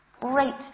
great